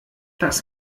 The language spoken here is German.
das